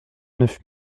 neuf